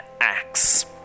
axe